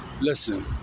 Listen